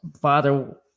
Father